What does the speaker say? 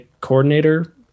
coordinator